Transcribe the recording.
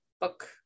book